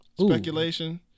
speculation